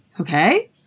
Okay